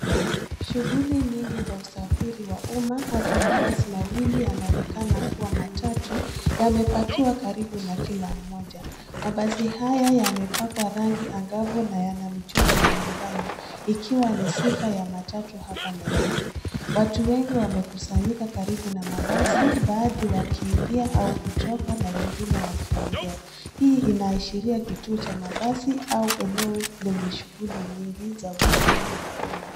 Shughuli nyingi za usafiri wa umma, hasa mabasi mawili, yanaonekana kuwa matatu yamepakiwa karibu na kila mmoja. Mabasi haya yamepakwa rangi angavu na yana michoro mbalimbali, ikiwa ni sifa ya matatu hapa nairobi. Watu wengi wamekusanyika karibu na mabasi, baadhi wakiingia au kutoka na wengine wakiongea. Hii inaashiria kituo cha mabasi, au eneo lenye shughuli nyingi za usafiri wa umma.